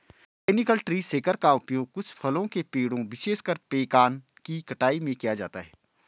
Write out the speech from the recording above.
mechanical tree shaker का उपयोग कुछ फलों के पेड़ों, विशेषकर पेकान की कटाई में किया जाता है